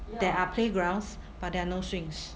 there are playgrounds but there are no swings